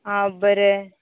आं बरें